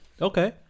Okay